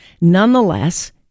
Nonetheless